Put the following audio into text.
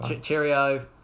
cheerio